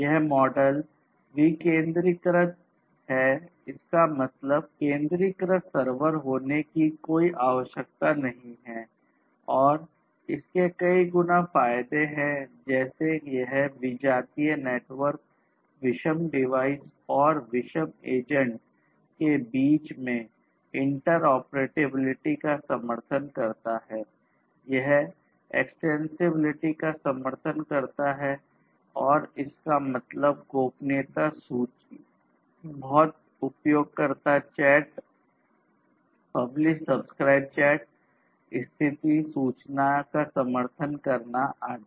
यह मॉडल विकेंद्रीकृत publish subscribe chat स्थिति सूचनाएं का समर्थन करना आदि